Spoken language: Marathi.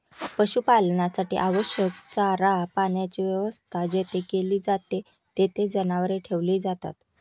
पशुपालनासाठी आवश्यक चारा पाण्याची व्यवस्था जेथे केली जाते, तेथे जनावरे ठेवली जातात